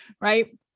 right